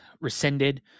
Rescinded